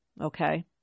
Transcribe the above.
Okay